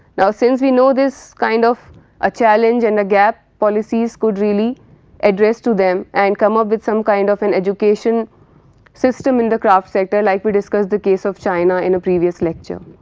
now, since we know this kind of a challenge and a gap policies could really address to them and come up with some kind of an education system in the craft sector like we discuss the case of china in a previous lecture.